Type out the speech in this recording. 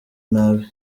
nabi